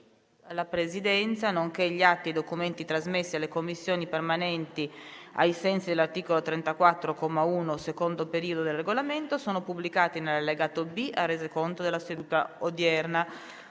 alla Presidenza, nonché gli atti e i documenti trasmessi alle Commissioni permanenti ai sensi dell'articolo 34, comma 1, secondo periodo, del Regolamento sono pubblicati nell'allegato B al Resoconto della seduta odierna.